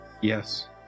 Yes